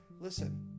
Listen